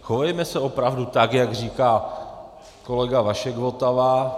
Chovejme se opravdu tak, jak říká kolega Vašek Votava.